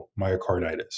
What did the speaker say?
myocarditis